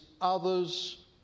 others